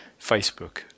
Facebook